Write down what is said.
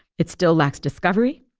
it still lacks discovery.